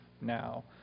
now